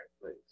please